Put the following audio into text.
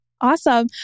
Awesome